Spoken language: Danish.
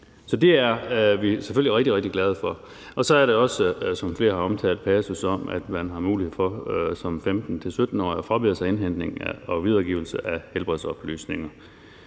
Så det er vi selvfølgelig rigtig, rigtig glade for. Så er der også, som flere har omtalt, en passus om, at man som 15-17-årig har mulighed for at frabede sig indhentning og videregivelse af helbredsoplysninger.